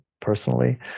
personally